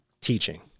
teaching